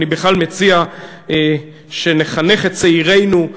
אני בכלל מציע שנחנך את צעירינו,